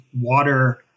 water